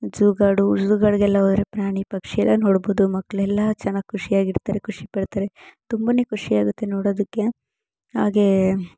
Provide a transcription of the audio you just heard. zoo ಗಾಡು zoo ಗಾಡುಗೆಲ್ಲ ಹೋದ್ರೆ ಪ್ರಾಣಿ ಪಕ್ಷಿಯೆಲ್ಲ ನೋಡಬೋದು ಮಕ್ಳೆಲ್ಲ ಚೆನ್ನಾಗಿ ಖುಷಿಯಾಗಿರ್ತಾರೆ ಖುಷಿ ಪಡ್ತಾರೆ ತುಂಬನೇ ಖುಷಿಯಾಗುತ್ತೆ ನೋಡೋದಕ್ಕೆ ಹಾಗೇ